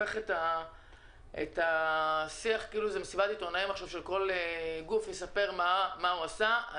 הופך את השיח כאילו זה מסיבת עיתונאים שבה כל גוף מספר מה הוא עושה.